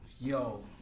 Yo